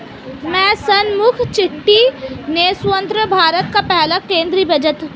के शनमुखम चेट्टी ने स्वतंत्र भारत का पहला केंद्रीय बजट पेश किया